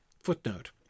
Footnote